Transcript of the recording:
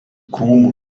krūmų